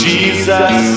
Jesus